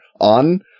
on